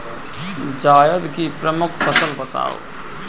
जायद की प्रमुख फसल बताओ